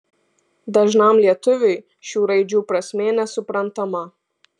dažnam lietuviui šių raidžių prasmė nesuprantama